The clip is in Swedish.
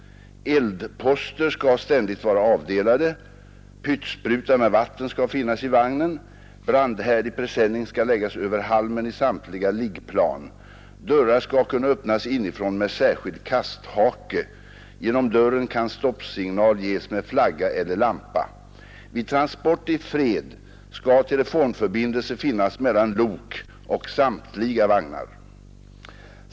Eldposter skall ständigt vara avdelade. Pytsspruta med vatten skall finnas i vagnen. Brandhärdig presenning skall läggas över halmen i samtliga liggplan. Dörrar skall kunna öppnas inifrån med särskild kasthake. Genom dörren kan stoppsignal ges med flagga eller lampa.